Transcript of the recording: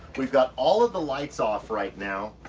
we've got all of the lights off right now.